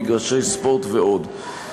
מגרשי ספורט ועוד.